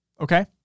okay